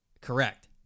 Correct